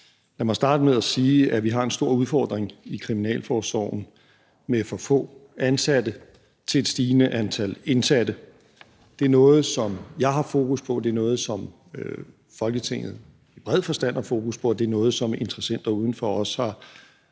Lad mig starte med at sige, at vi har en stor udfordring i kriminalforsorgen med for få ansatte til et stigende antal indsatte. Det er noget, som jeg har fokus på, det er noget, som Folketinget i bred forstand har fokus på, og det er noget, som interessenter udenfor også har fokus på.